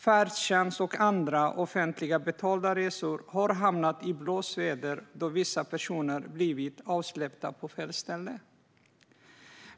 Färdtjänst och andra offentligt betalda resor har hamnat i blåsväder då vissa personer blivit avsläppta på fel ställe.